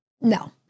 no